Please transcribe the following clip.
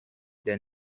der